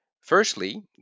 Firstly